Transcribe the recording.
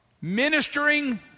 ministering